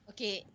Okay